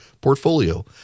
portfolio